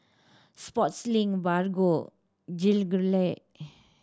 Sportslink Bargo Gelare